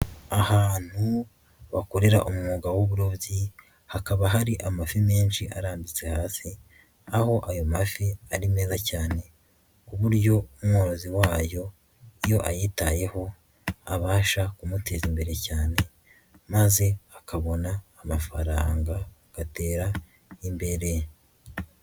Ahantu bakorera umwuga w'uburobyi, hakaba hari amafi menshi arambitse hasi, aho ayo mafi ari meza cyane, ku buryo umworozi wayo iyo ayitayeho abasha kumuteraza imbere cyane, maze akabona amafaranga agatera imbere.